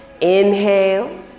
Inhale